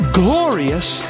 glorious